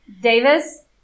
Davis